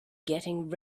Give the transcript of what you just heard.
getting